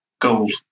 gold